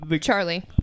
Charlie